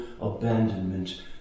abandonment